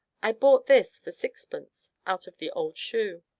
i bought this for sixpence out of the old shoe.